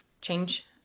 change